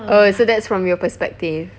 oh so that's from your perspective